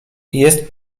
jest